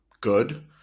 good